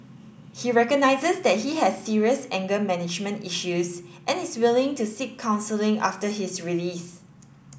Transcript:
he recognises that he has serious anger management issues and is willing to seek counselling after his release